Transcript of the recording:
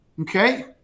Okay